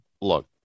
Look